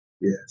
Yes